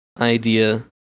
idea